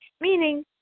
Meaning